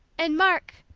and, mark,